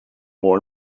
more